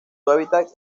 hábitat